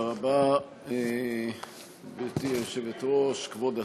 תודה רבה, גברתי היושבת-ראש, כבוד השר,